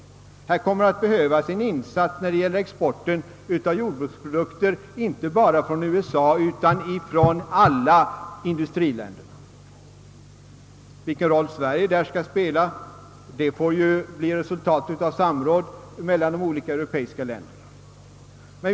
Här kommer att behövas en insats för export av jordbruksprodukter inte bara från USA utan från alla industriländer. Vilken roll Sverige därvidlag skall spela får avgöras i samråd mellan de olika europeiska länderna.